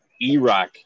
E-Rock